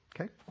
Okay